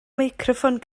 meicroffon